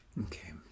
Okay